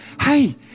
hey